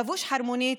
לבוש חרמונית,